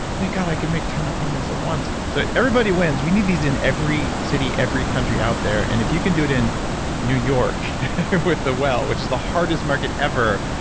thank god i could make ten appointments at once. so everybody wins. we need these in every city, every country out there. and if you can do it in new york with the well, which is the hardest market ever,